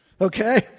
Okay